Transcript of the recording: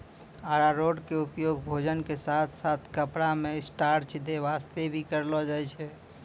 अरारोट के उपयोग भोजन के साथॅ साथॅ कपड़ा मॅ स्टार्च दै वास्तॅ भी करलो जाय छै